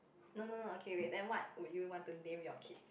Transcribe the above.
no no no okay wait then what would you want to name your kid